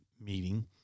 meeting